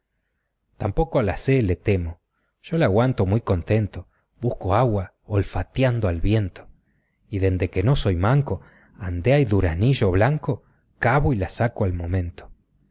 tampoco a la sé le temo yo la aguanto muy contento busco agua olfatiando el viento y dende que no soy manco ande hay duraznillo blanco cavo y la saco al momento